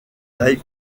taille